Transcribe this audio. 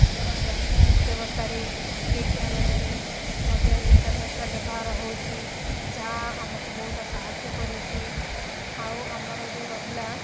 ଆମର ବ୍ୟାଙ୍କିଂ ବ୍ୟବସ୍ଥାରେ ବିଦ୍ୟାଳୟରେ ମଧ୍ୟ ଇଣ୍ଟର୍ନେଟର ବ୍ୟବହାର ହେଉଛି ଯାହା ଆମକୁ ବହୁତ ସାହାଯ୍ୟ କରୁଛି ଆଉ ଆମର ଯେଉଁ ରହିଲା